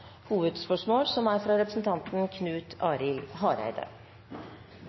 hovedspørsmål, fra representanten